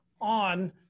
on